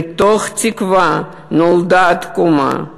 ומתוך התקווה נולדה התקומה,